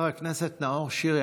חבר הכנסת נאור שירי,